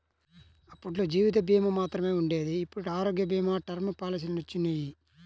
అప్పట్లో జీవిత భీమా మాత్రమే ఉండేది ఇప్పుడు ఆరోగ్య భీమా, టర్మ్ పాలసీలొచ్చినియ్యి